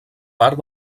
part